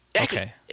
Okay